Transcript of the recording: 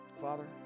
Father